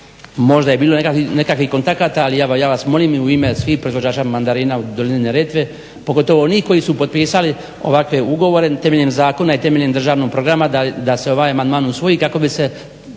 možda je bilo nekakvih kontakta ali evo ja vas molim i u ime svih proizvođača mandarina u dolini Neretve pogotovo onih koji su potpisali ovakve ugovore temeljem zakona i temeljem državnog programa da se ovaj amandman usvoji kako bi se